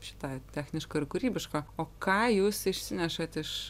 šį tą techniško ir kūrybiško o ką jūs išsinešat iš